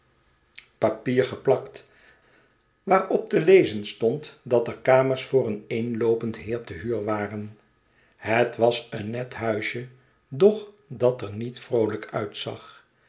papier gepiakt waarop te lezen stond dat er kamers voor een eenloopend heer te huur waren het was een net huisje doch dat er niet vroolijk uitzag